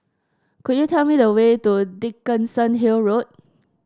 could you tell me the way to Dickenson Hill Road